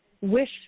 wish